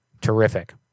terrific